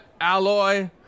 Alloy